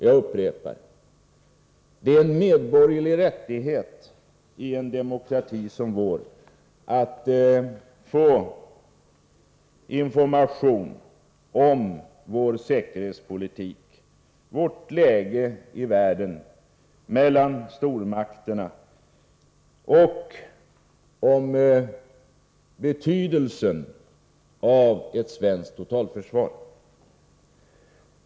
Jag upprepar att det är en medborgerlig rättighet i en demokrati som vår att få information om vår säkerhetspolitik, om vårt läge i världen mellan stormakterna och om betydelsen av ett svenskt totalförsvar.